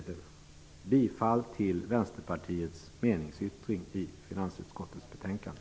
Jag yrkar bifall till Vänsterpartiets meningsyttring i finansutskottets betänkande.